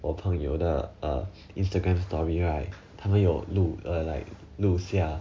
我朋友的 uh Instagram story right 他们有录 uh like 录下